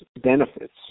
benefits